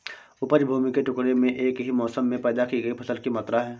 उपज भूमि के टुकड़े में एक ही मौसम में पैदा की गई फसल की मात्रा है